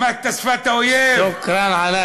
למדת את שפת האויב, מה קרה?